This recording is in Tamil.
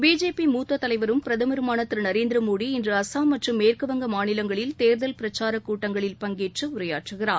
பிஜேபி மூத்த தலைவரும் பிரதமருமான திரு நரேந்திர மோடி இன்று அஸ்ஸாம் மற்றும் மேற்கு வங்க மாநிலங்களில் தேர்தல் பிரச்சாரக் கூட்டங்களில் பங்கேற்று உரையாற்றுகிறார்